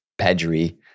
Pedri